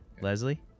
Leslie